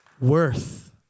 worth